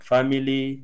Family